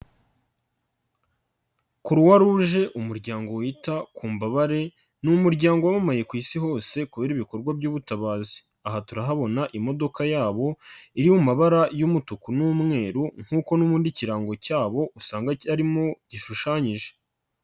Croix rouge umuryango wita ku mbabare, ni umuryango wamamaye ku Isi hose kubera ibikorwa by'ubutabazi, aha turahabona imodoka yabo iri mu mabara y'umutuku n'umweru nk'uko n'ubundi ikirango cyabo usanga cyo arimo gishushanyije.